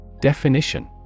Definition